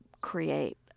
create